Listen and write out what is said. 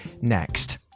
Next